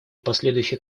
последующие